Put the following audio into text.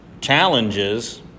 challenges